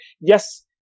Yes